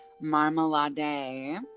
Marmalade